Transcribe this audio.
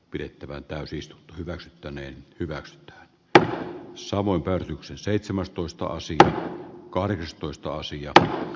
pidettävään täysistunto hyväksyttäneen hyväksytyt tö samoin päätöksen seitsemästoista asic karstoista sijalta